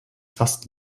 fast